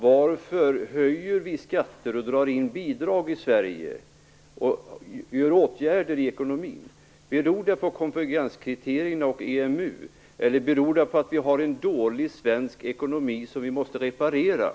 Varför höjer vi skatter, drar in bidrag och vidtar åtgärder i ekonomin i Sverige? Beror det på konvergenskriterierna och EMU? Eller beror det på att vi har en dålig svensk ekonomi som måste repareras?